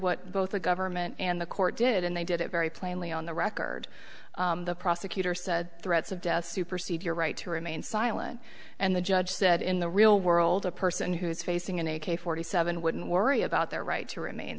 what both the government and the court did and they did it very plainly on the record the prosecutor said threats of death supersede your right to remain silent and the judge said in the real world a person who is facing an a k forty seven wouldn't worry about their right to remain